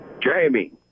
Jamie